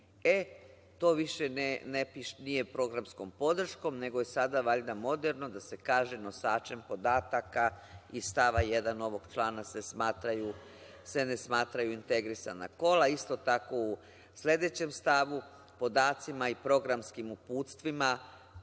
to više nije - programskom podrškom nego je sada valjda moderno da se kaže – nosačem podataka iz stava 1. ovog člana se ne smatraju integrisana kola. Isto tako u sledećem stavu - podacima i programskim uputstvima,